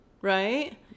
right